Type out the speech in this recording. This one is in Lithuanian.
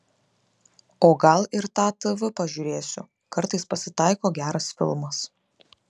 o gal ir tą tv pažiūrėsiu kartais pasitaiko geras filmas